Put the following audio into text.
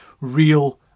real